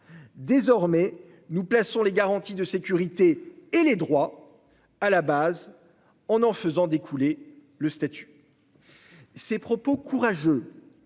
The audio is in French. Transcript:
désormais, nous plaçons les garanties de sécurité et les droits à la base, en en faisant découler le statut. » Ces propos courageux,